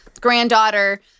granddaughter